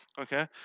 okay